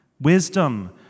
Wisdom